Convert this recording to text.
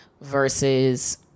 versus